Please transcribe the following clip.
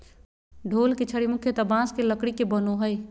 ढोल के छड़ी मुख्यतः बाँस के लकड़ी के बनो हइ